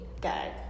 gag